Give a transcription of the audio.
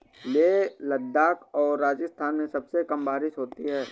लेह लद्दाख और राजस्थान में सबसे कम बारिश होती है